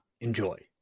enjoy